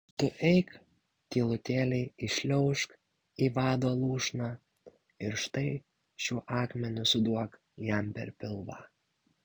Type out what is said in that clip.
tu eik tylutėliai įšliaužk į vado lūšną ir štai šiuo akmeniu suduok jam per pilvą